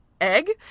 egg